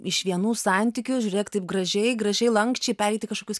iš vienų santykių žiūrėk taip gražiai gražiai lanksčiai pereit į kažkokius